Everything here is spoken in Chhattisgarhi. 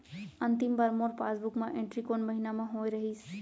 अंतिम बार मोर पासबुक मा एंट्री कोन महीना म होय रहिस?